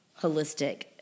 holistic